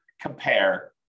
compare